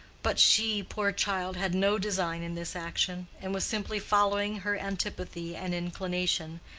but she, poor child, had no design in this action, and was simply following her antipathy and inclination,